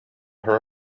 her